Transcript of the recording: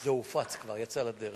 זה הופץ כבר, יצא לדרך,